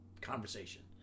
conversation